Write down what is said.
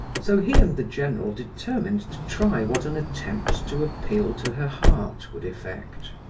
so he and the general determined to try what an attempt to appeal to her heart would effect.